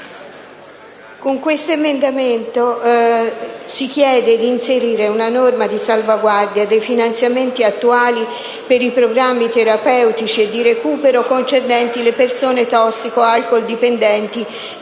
con l'emendamento 5.200 si chiede di inserire una norma di salvaguardia dei finanziamenti attuali per i programmi terapeutici e di recupero concernenti le persone tossico o alcoldipendenti